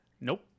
Nope